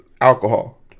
Alcohol